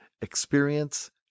experience